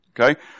okay